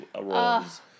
roles